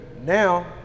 now